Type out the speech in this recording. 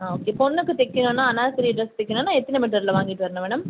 ஆ okay பொண்ணுக்கு தைக்கிணுன்னா Anarkali dress தைக்கிணுன்னா எத்தனை மீட்டரில் வாங்கிட்டு வரணும் மேடம்